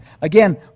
Again